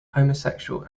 homosexual